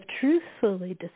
truthfully